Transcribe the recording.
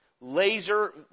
laser